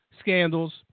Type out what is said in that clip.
scandals